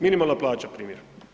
Minimalna plaća, primjer.